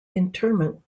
interment